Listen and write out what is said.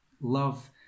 Love